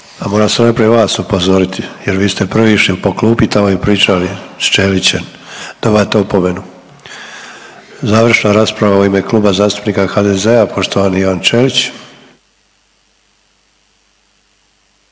A moram sad najprije vas upozoriti jer vi ste prvi išli po klupi i tamo i pričali s Ćelićem, dobivate opomenu. Završna rasprava u ime Kluba zastupnika HDZ-a poštovani Ivan Ćelić.